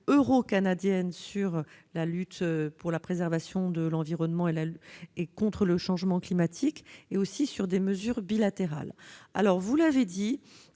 eurocanadiennes pour la préservation de l'environnement et contre le changement climatique, mais aussi par des mesures bilatérales. Vous l'avez dit,